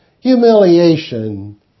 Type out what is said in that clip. humiliation